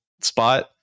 spot